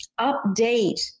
update